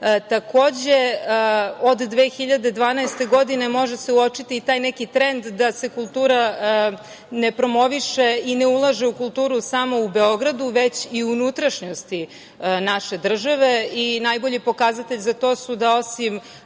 od 2012. godine, može se uočiti i taj trend da se kultura ne promoviše i ne ulaže u kulturu samo u Beogradu već i u unutrašnjosti naše države. Najbolji pokazatelj za to da, osim